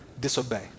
disobey